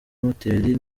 moteri